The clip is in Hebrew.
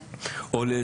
או לתוכנית כזו,